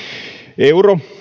euro